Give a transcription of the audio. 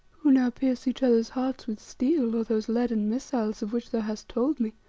who now pierce each other's hearts with steel, or those leaden missiles of which thou hast told me.